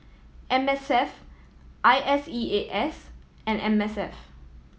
M S F I S E A S and M S F